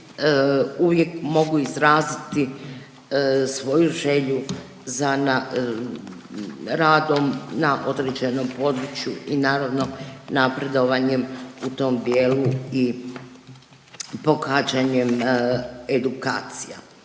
uvijek mogu izraziti svoju želju za radom na određenom području i naravno napredovanjem u tom dijelu i pohađanjem edukacija.